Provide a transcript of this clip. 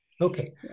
okay